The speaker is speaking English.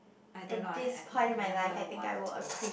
I don't know I I never want to